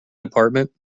apartment